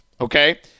okay